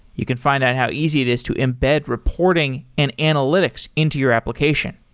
you can find out how easy it is to embed reporting and analytics into your application.